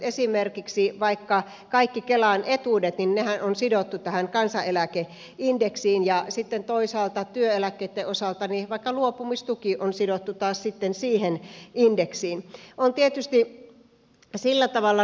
esimerkiksi kaikki kelan etuudethan on sidottu tähän kansaneläkeindeksiin ja sitten toisaalta työeläkkeitten osalta vaikkapa luopumistuki on sidottu taas sitten siihen indeksiin